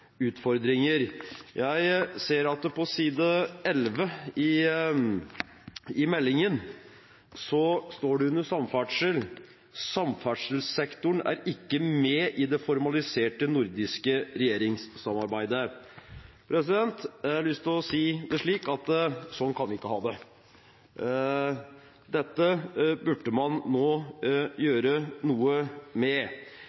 Jeg ser at under «Samferdsel» på side 11 i meldingen står det at «Samferdselssektoren er ikkje med i det formaliserte nordiske regjeringssamarbeidet». Jeg har lyst til å si at slik kan vi ikke ha det. Dette burde man nå